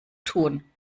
tun